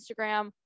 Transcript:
Instagram